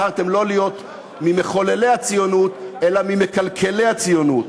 בחרתם לא להיות ממחוללי הציונות אלא ממקלקלי הציונות.